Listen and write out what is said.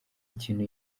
kintu